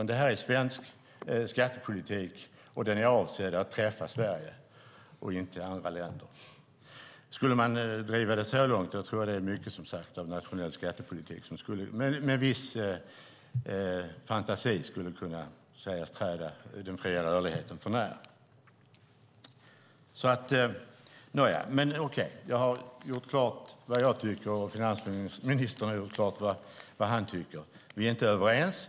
Det här är svensk skattepolitik som är avsedd att träffa Sverige och inte andra länder. Jag tror att det är mycket inom nationell skattepolitik som med viss fantasi skulle kunna sägas träda den fria rörlighet för när. Jag har gjort klart vad jag tycker, och finansministern har gjort klart vad han tycker. Vi är inte överens.